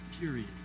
period